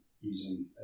using